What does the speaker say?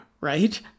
right